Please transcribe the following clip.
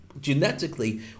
genetically